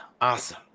Awesome